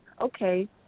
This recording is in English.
okay